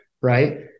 right